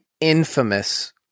infamous